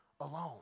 alone